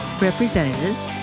representatives